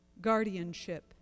guardianship